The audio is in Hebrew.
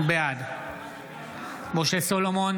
בעד משה סולומון,